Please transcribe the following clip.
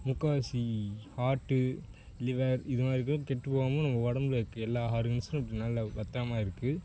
முக்கால்வாசி heart liver இது மாதிரி இதலாம் கெட்டு போகாம நம்ம உடம்புல இருக்கற எல்லா ஆர்கென்ஸும் நல்லா பத்திரமா இருக்குது